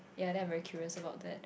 ya then I'm very curious about that